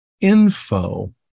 info